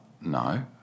no